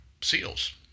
seals